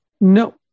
No